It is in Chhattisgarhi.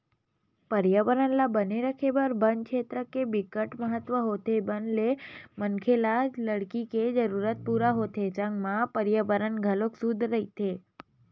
परयाबरन ल बने राखे बर बन छेत्र के बिकट महत्ता होथे बन ले मनखे ल लकड़ी के जरूरत पूरा होथे संग म परयाबरन घलोक सुद्ध रहिथे